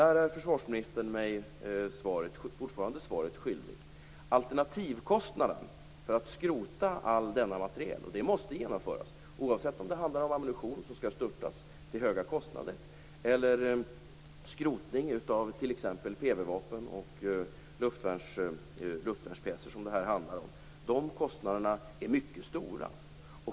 Där är försvarsministern mig fortfarande svaret skyldig. Alternativkostnaderna för att skrota all denna materiel - och det måste genomföras, oavsett om det handlar om ammunition som skall störtas till höga kostnader eller som i det här fallet skrotning av PV-vapen och luftvärnspjäser - är mycket stora.